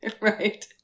Right